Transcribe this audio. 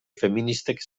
feministek